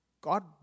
God